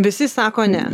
visi sako ne